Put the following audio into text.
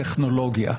מטכנולוגיה.